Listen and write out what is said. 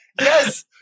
Yes